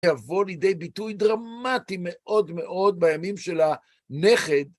יבוא לידי ביטוי דרמטי מאוד מאוד בימים של הנכד.